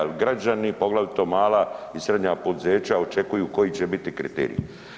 Jel građani, poglavito mala i srednja poduzeća očekuju koji će biti kriterij.